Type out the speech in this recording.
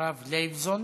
מירב לייבזון.